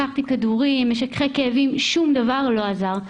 לקחתי כדורים ומשככי כאבים שום דבר לא עזר.